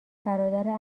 برادر